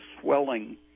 swelling